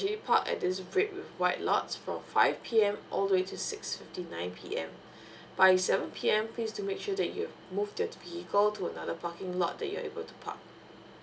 park at this red with white lots for five P M all the way to six fifty nine P M by seven P M please do make sure that you have move your vehicle to another parking lot that you're able to park